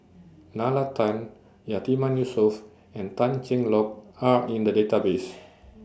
Nalla Tan Yatiman Yusof and Tan Cheng Lock Are in The Database